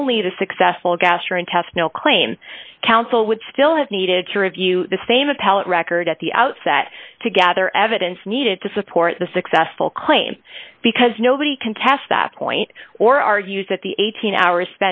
only the successful gastrointestinal claim counsel would still have needed to review the same appellate record at the outset to gather evidence needed to support the successful claim because nobody contests that point or argues that the eighteen hours